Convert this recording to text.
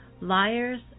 Liars